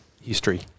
history